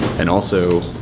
and also